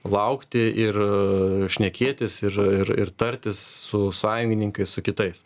laukti ir šnekėtis ir ir ir tartis su sąjungininkais su kitais